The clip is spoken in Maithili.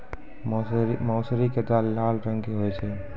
मौसरी के दाल लाल रंग के होय छै